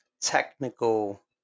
technical